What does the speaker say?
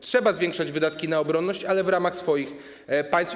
Trzeba zwiększać wydatki na obronność, ale w ramach swoich państw.